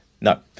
no